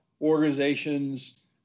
organizations